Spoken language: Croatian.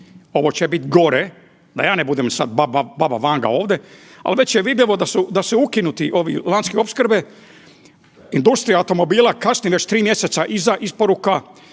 Ovo će biti gore, da ja ne budem sada baba Vanga ovdje, ali već je vidljivo da su ukinuti ovi lanci opskrbe industrija automobila kasni već tri mjeseca iza isporuka